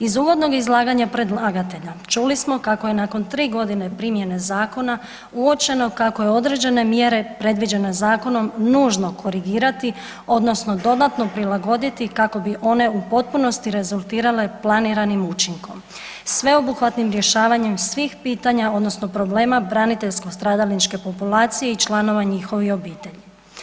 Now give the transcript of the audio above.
Iz uvodnog izlaganja predlagatelja čuli smo kako je nakon 3.g. primjene zakona uočeno kako je određene mjere predviđene zakonom nužno korigirati odnosno dodatno prilagoditi kako bi one u potpunosti rezultirale planiranim učinkom. sveobuhvatnim rješavanjem svih pitanja odnosno problema braniteljske stradalničke populaciji i članova njihovih obitelji.